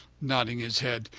nodding his head.